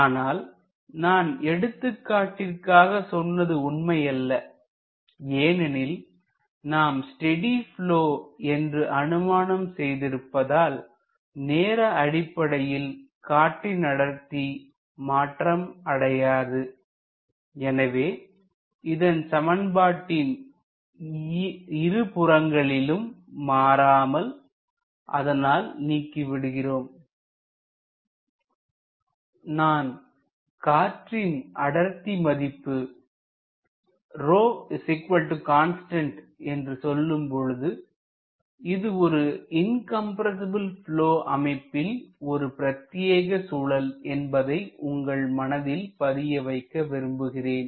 ஆனால் நான் எடுத்துகாட்டிற்க்காக சொன்னது உண்மை அல்ல ஏனெனில் நாம் ஸ்டெடி ப்லொ என்று அனுமானம் செய்திருப்பதால் நேர அடிப்படையில் காற்றின் அடர்த்தி மாற்றம் அடையாது எனவே இதன் சமன்பாட்டின் இருபுறங்களிலும் மாறாமல் அதனால் நீக்கி விடுகிறோம் நான் காற்றின் அடர்த்தி மதிப்பு ρ constant என்று சொல்லும்பொழுது இது ஒரு இன்கம்ரசிபில் ப்லொ அமைப்பில் ஒரு பிரத்தியேக சூழல் என்பதை உங்கள் மனதில் பதிய வைக்க விரும்புகிறேன்